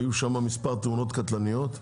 היו שם מספר תאונות קטלניות.